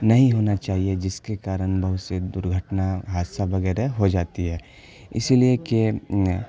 نہیں ہونا چاہیے جس کے کارن بہت سے درگھٹنا حادثہ وغیرہ ہو جاتی ہے اسی لیے کہ